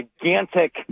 gigantic